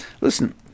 Listen